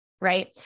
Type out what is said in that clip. Right